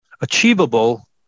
achievable